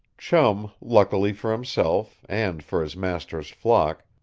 chum, luckily for himself and for his master's flock,